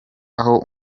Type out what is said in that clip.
aho